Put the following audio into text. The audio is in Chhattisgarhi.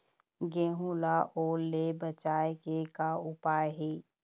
गेहूं ला ओल ले बचाए के का उपाय हे?